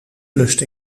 lust